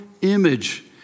image